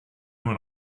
nur